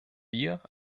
wir